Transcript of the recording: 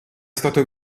stato